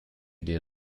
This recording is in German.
dir